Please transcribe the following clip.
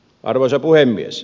arvoisa puhemies